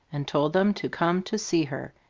and told them to come to see her,